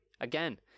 again